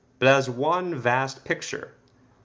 but as one vast picture,